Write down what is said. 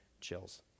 chills